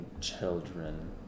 children